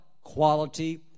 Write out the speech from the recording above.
quality